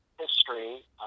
history